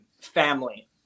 family